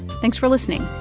thanks for listening